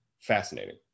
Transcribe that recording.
fascinating